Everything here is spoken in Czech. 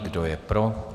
Kdo je pro?